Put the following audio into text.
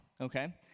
okay